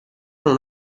non